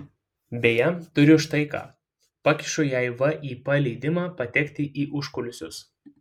beje turiu štai ką pakišu jai vip leidimą patekti į užkulisius